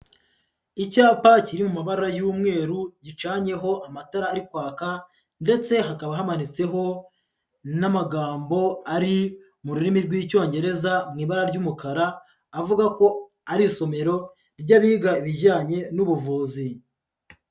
Icyapa kiri mu mabara y'umweru gicanyeho amatara ari kwaka ndetse hakaba hamanitsweho n'amagambo ari mu rurimi rw'Icyongereza mu ibara ry'umukara, avuga ko ari isomero ry'abiga ibijyanye n'ubuvuzi.